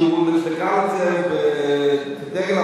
שהוא דגל בזה בבחירות,